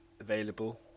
available